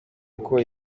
uko